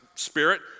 Spirit